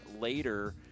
later